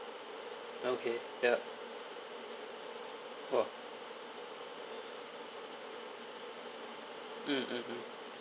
okay ya !whoa! mm mm mm